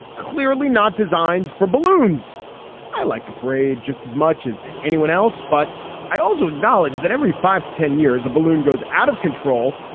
clearly not designed for balloons like the parade just as much as anyone else. but i also acknowledge that every five to ten years a balloon goes out of control,